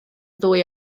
ddwy